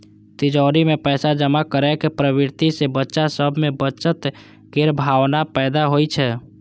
तिजौरी मे पैसा जमा करै के प्रवृत्ति सं बच्चा सभ मे बचत केर भावना पैदा होइ छै